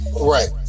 right